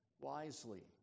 wisely